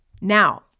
Now